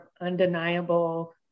undeniable